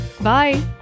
Bye